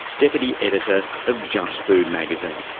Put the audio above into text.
deputy editor of just food magazine.